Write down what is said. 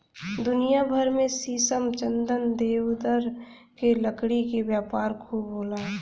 दुनिया भर में शीशम, चंदन, देवदार के लकड़ी के व्यापार खूब होला